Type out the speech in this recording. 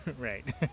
right